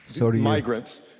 migrants